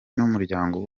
n’umuryango